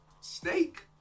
snake